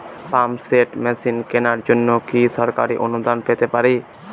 Pump set machine কেনার জন্য কি সরকারি অনুদান পেতে পারি?